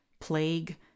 plague